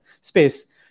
space